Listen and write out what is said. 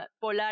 Polar